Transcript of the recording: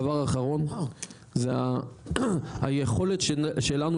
דבר אחרון זו היכולת שלנו